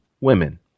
women